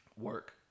work